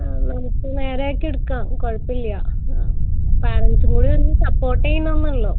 നമുക്ക് നേരെയാക്കി എടുക്കാം കുഴപ്പമില്ല ആ പേരൻറ്സ് കൂടെ ഒന്ന് സപ്പോർട്ട് ചെയ്യണം എന്നേ ഉള്ളൂ